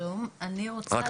שלום, אני רוצה